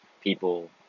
people